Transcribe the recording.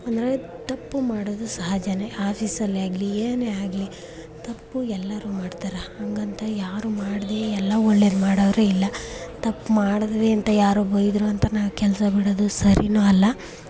ನಾವು ತಪ್ಪು ಮಾಡೋದು ಸಹಜವೇ ಆಫೀಸಲ್ಲೆ ಆಗಲೀ ಏನೇ ಆಗಲೀ ತಪ್ಪು ಎಲ್ಲರೂ ಮಾಡ್ತಾರೆ ಹಾಗಂತ ಯಾರೂ ಮಾಡದೆ ಎಲ್ಲ ಒಳ್ಳೆಯದ್ ಮಾಡೋವ್ರೆ ಇಲ್ಲ ತಪ್ಪು ಮಾಡಿದ್ವಿ ಅಂತ ಯಾರು ಬೈದರೂಂತ ನಾನು ಕೆಲಸ ಬಿಡೋದು ಸರಿಯೂ ಅಲ್ಲ